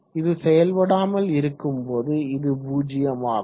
இது செயல்படாமல் இருக்கும் போது இது 0 ஆகும்